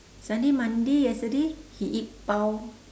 sunday monday yesterday he eat bao